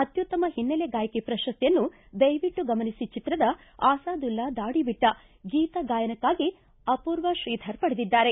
ಅತ್ಯುತ್ತಮ ಹಿನ್ನೆಲೆ ಗಾಯಕಿ ಪ್ರಶಸ್ತಿಯನ್ನು ದಯವಿಟ್ಟು ಗಮನಿಬ ಚಿತ್ರದ ಅಸಾದುಲ್ಲಾ ದಾಡಿ ಬಿಟ್ಟ ಗೀತ ಗಾಯನಕ್ಕಾಗಿ ಅಪೂರ್ವ ಶ್ರೀಧರ್ ಪಡೆದಿದ್ದಾರೆ